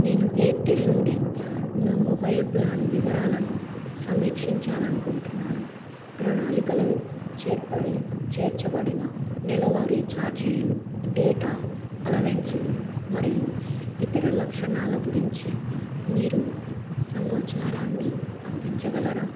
నేను ఎయిర్టెల్ నుండి నా మొబైల్ ప్లాన్ వివరాలను సమీక్షించాలి అనుకుంటున్నాను ప్రణాళికలలో చేర్చబడిన నెలవారీ ఛార్జీలు డేటా అలవెన్సులు మరియు ఇతర లక్షణాల గురించి మీరు సమాచారాన్ని అందించగలరా